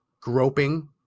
groping